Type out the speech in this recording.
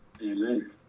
Amen